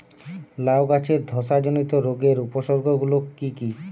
লাউ গাছের ধসা জনিত রোগের উপসর্গ গুলো কি কি?